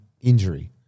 injury